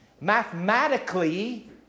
Mathematically